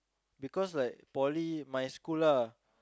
because like poly my school lah